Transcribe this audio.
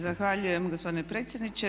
Zahvaljujem gospodine predsjedniče.